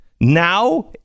Now